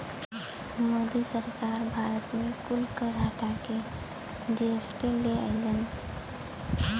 मोदी सरकार भारत मे कुल कर हटा के जी.एस.टी ले अइलन